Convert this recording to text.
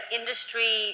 industry